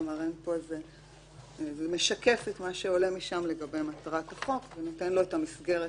כלומר כל זה משקף את מה שעולה משם לגבי מטרת החוק ונותן לו את המסגרת